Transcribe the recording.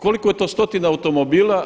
Koliko je to stotina automobila?